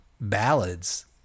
ballads